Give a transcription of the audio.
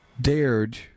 dared